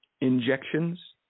injections